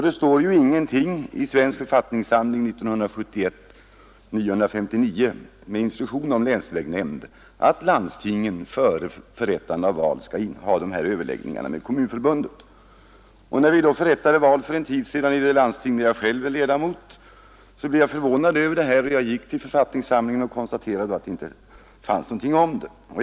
Det står ingenting i Svensk författningssamling nr 959 år 1971 med instruktion om länsvägnämnder om att landstingen före förrättande av val skall ha dessa överläggningar med Kommunförbundet. När val förrättades för en tid sedan i det landsting där jag själv är ledamot, blev jag förvånad. Jag gick till Svensk författningssamling och konstaterade att där inte stod någonting om detta.